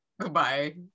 Goodbye